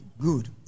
good